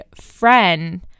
friend